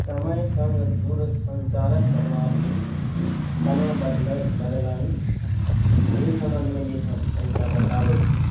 समय सङ्ग दूरसञ्चारके प्रणाली कोना बदलै बदलनि एहि सम्बन्धमे जे छै हम कनिटा बताबै छी